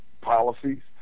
policies